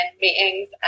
meetings